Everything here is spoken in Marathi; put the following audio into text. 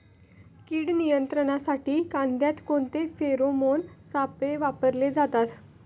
कीड नियंत्रणासाठी कांद्यात कोणते फेरोमोन सापळे वापरले जातात?